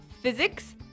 Physics